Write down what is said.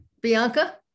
Bianca